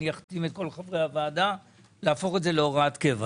אני אחתים את כל חברי הוועדה להפוך את זה להוראת קבע.